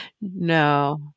No